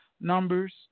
numbers